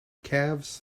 calves